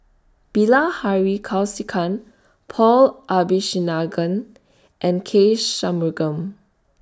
Bilahari Kausikan Paul Abisheganaden and K Shanmugam